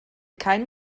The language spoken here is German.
kein